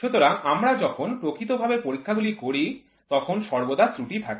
সুতরাং আমরা যখন প্রকৃতভাবে পরীক্ষাগুলি করি তখন সর্বদা ত্রুটি থাকে